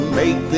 make